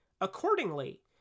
Accordingly